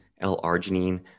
L-arginine